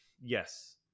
yes